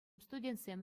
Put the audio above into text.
студентсем